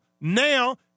now